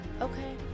Okay